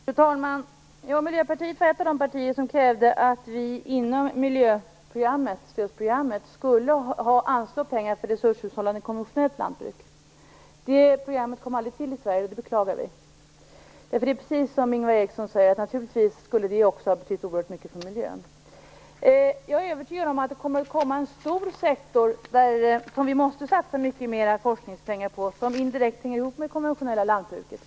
Fru talman! Miljöpartiet var ett av de partier som krävde att vi skulle anslå pengar inom miljöstödsprogrammet för ett resurshushållande konventionellt lantbruk. Det programmet kom aldrig till stånd i Sverige, och det beklagar vi. Det skulle naturligtvis har betytt oerhört mycket för miljön, precis som Ingvar Jag är övertygad om att det kommer att komma en stor sektor som vi måste satsa mycket mer forskningspengar på som indirekt hänger ihop med det konventionella lantbruket.